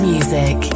Music